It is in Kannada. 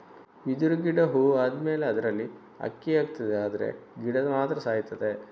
ಬಿದಿರು ಗಿಡ ಹೂ ಆದ್ಮೇಲೆ ಅದ್ರಲ್ಲಿ ಅಕ್ಕಿ ಆಗ್ತದೆ ಆದ್ರೆ ಗಿಡ ಮಾತ್ರ ಸಾಯ್ತದೆ